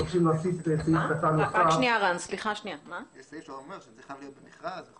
יש סעיף שאומר שצריך להעביר אותן מכרז.